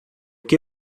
que